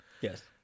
Yes